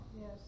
Yes